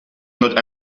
not